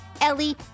Ellie